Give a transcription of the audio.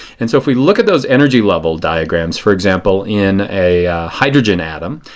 and so if we look at those energy level diagrams, for example in a hydrogen atom,